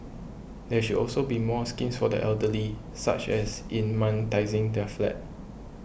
there should also be more schemes for the elderly such as in monetising their flat